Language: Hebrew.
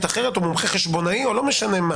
אחרת או מומחה חשבונאי לא משנה מה